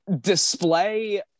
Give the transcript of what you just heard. display